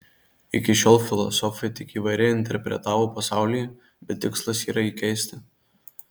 iki šiol filosofai tik įvairiai interpretavo pasaulį bet tikslas yra jį keisti